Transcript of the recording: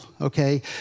Okay